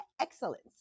excellence